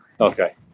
Okay